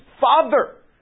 Father